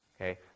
Okay